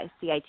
CIT